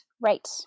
Right